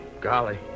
golly